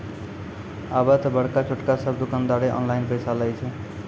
आबे त बड़का छोटका सब दुकानदारें ऑनलाइन पैसा लय छै